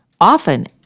often